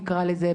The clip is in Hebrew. נקרא לזה,